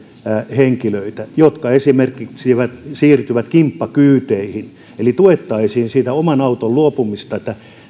henkilöitä jotka esimerkiksi siirtyvät kimppakyyteihin eli tuettaisiin sitä omasta autosta luopumista